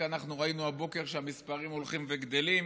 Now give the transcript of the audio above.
אנחנו ראינו רק הבוקר שהמספרים הולכים וגדלים.